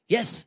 Yes